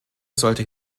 sollte